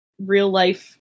real-life